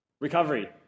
Recovery